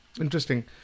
Interesting